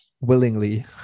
willingly